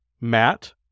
Matt